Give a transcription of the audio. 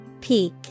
Peak